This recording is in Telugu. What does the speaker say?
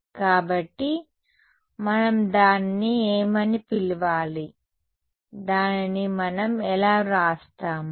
కాబట్టి మనం దానిని ఏమని పిలవాలి దానిని మనం ఎలా వ్రాస్తాము